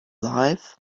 life